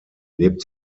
lebt